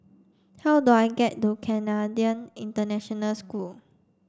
how do I get to Canadian International School